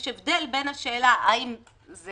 יש הבדל בין השאלה האם זה